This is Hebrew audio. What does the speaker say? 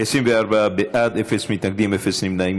24 בעד, אפס מתנגדים, אפס נמנעים.